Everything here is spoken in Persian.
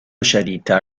شدیدتر